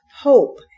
hope